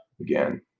again